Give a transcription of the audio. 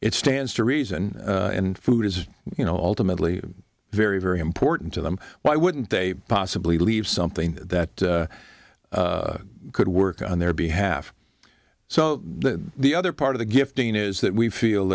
it stands to reason and food is you know ultimately very very important to them why wouldn't they possibly leave something that could work on their behalf so the other part of the gifting is that we feel